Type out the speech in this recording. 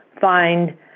find